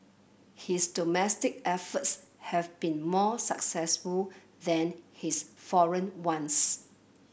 his domestic efforts have been more successful than his foreign ones